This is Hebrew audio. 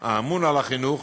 האמון על החינוך,